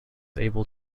able